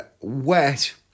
wet